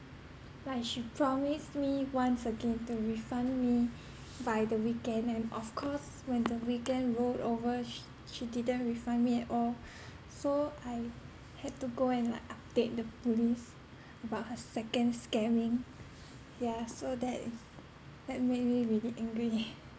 like she promised me once again to refund me by the weekend and of course when the weekend rolled over sh~ she didn't refund me at all so I had to go and like update the police about her second scamming yeah so that that made me really angry